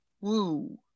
woo